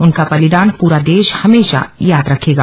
उनका बलिदान पूरा देश हमेशा याद रखेगा